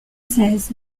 seize